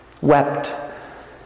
Wept